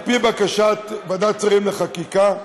על פי בקשת ועדת שרים לחקיקה,